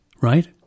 Right